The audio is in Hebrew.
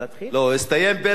הסתיים פרק הבדיחה,